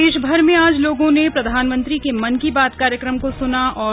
प्रदेश भर में आज लोगों ने प्रधानमंत्री के मन की बात कार्यक्रम को सुना और सराहा